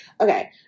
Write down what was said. Okay